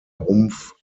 rumpf